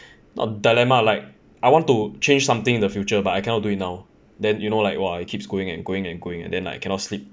not dilemma like I want to change something in the future but I cannot do it now then you know like !wah! it keeps going and going and going and then like I cannot sleep